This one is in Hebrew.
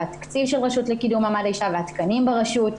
התקציב שלו והתקנים ברשות,